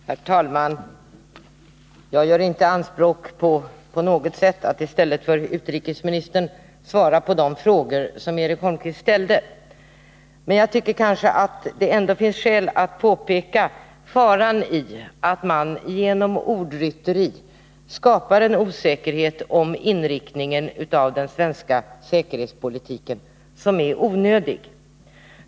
Herr talman! Jag gör inte på något sätt anspråk på att i stället för utrikesministern svara på de frågor som Eric Holmqvist ställt. Det kanske ändå finns skäl att påpeka faran i att man genom ordrytteri skapar en osäkerhet om inriktningen av den svenska säkerhetspolitiken som är onödig.